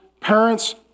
parents